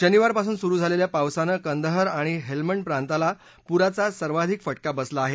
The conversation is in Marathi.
शनिवारपासून सुरु झालेल्या पावसानं कंदाहर आणि हेल्मंड प्रांताला पुराचा सर्वाधिक फटका बसला आहे